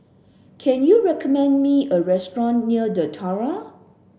can you recommend me a restaurant near The Tiara